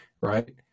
right